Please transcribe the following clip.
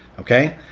okay?